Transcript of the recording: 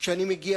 כנראה